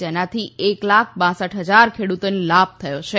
જેનાથી એક લાખ કર હજાર ખેડુતોને લાભ થયો છે